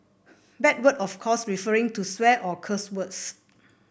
bad word of course referring to swear or cuss words